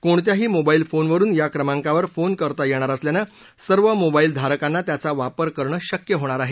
कोणत्याही मोबाईल फोनवरून या क्रमांकावर फोन करता येणार असल्यानं सर्व मोबाईल धारकांना त्याचा वापर करणं शक्य होणार आहे